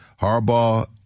Harbaugh